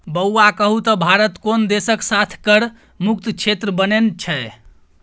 बौआ कहु त भारत कोन देशक साथ कर मुक्त क्षेत्र बनेने छै?